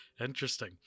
interesting